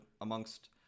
amongst